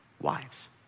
Wives